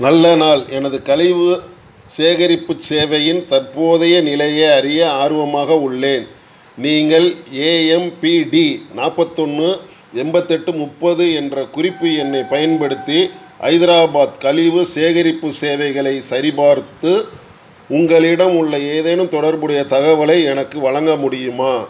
நல்ல நாள் எனது கழிவு சேகரிப்புச் சேவையின் தற்போதைய நிலையை அறிய ஆர்வமாக உள்ளேன் நீங்கள் ஏஎம்பிடி நாற்பத்தொன்னு எண்பத்தெட்டு முப்பது என்ற குறிப்பு எண்ணைப் பயன்படுத்தி ஹைதராபாத் கழிவு சேகரிப்புச் சேவைகளைச் சரிபார்த்து உங்களிடம் உள்ள ஏதேனும் தொடர்புடைய தகவலை எனக்கு வழங்க முடியுமா